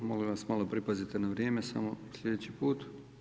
Molim vas malo pripazite na vrijeme samo sljedeći put.